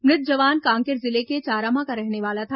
मृत जवान कांकेर जिले के चारामा का रहने वाला था